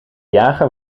jager